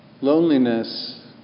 loneliness